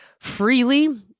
freely